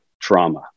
trauma